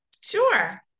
Sure